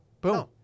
Boom